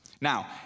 Now